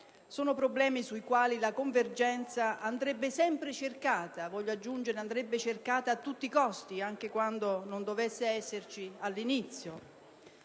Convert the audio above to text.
Sono problemi sui quali la convergenza andrebbe sempre cercata, voglio aggiungere, a tutti costi, anche quando non dovesse esserci all'inizio.